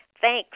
Thanks